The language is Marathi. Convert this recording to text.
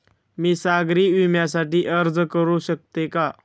मी सागरी विम्यासाठी अर्ज करू शकते का?